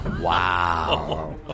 Wow